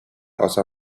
other